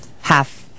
half